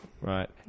right